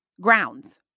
grounds